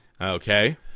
Okay